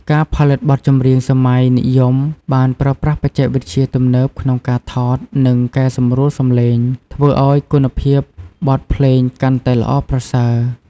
ការផលិតបទចម្រៀងសម័យនិយមបានប្រើប្រាស់បច្ចេកវិទ្យាទំនើបក្នុងការថត និងកែសម្រួលសំឡេង ធ្វើឱ្យគុណភាពបទភ្លេងកាន់តែល្អប្រសើរ។